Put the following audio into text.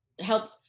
help